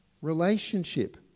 relationship